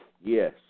Yes